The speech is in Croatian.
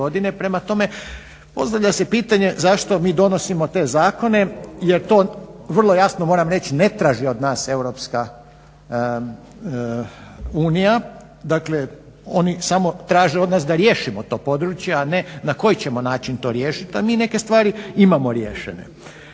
prema tome postavlja se pitanje zašto mi donosimo te zakone jer to vrlo jasno moram reći ne traži od nas EU, dakle oni samo traže od nas da riješimo to područje, a ne na koji ćemo način to riješiti. A mi neke stvari imamo riješene.